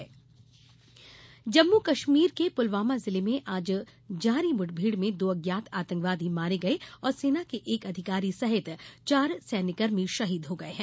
जम्मू कश्मीर मुठभेड जम्मू कश्मीर के पुलवामा जिले में आज जारी मुठभेड़ में दो अज्ञात आतंकवादी मारे गए और सेना के एक अधिकारी सहित चार सैन्यकर्मी शहीद हो गए हैं